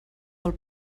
del